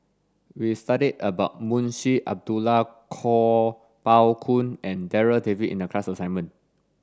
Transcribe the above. we studied about Munshi Abdullah Kuo Pao Kun and Darryl David in the class assignment